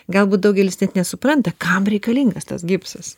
galbūt daugelis net nesupranta kam reikalingas tas gipsas